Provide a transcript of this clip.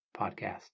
podcast